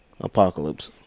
Apocalypse